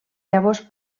llavors